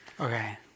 Okay